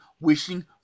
wishing